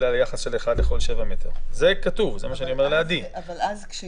בא "72 השעות";" זה לעניין בדיקת קורונה